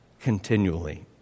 continually